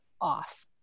off